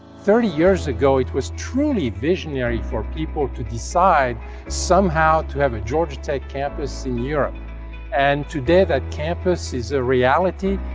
thirty years ago it was truly visionary for people to decide somehow to have a georgia tech campus in europe and today that campus is a reality.